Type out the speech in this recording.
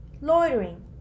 loitering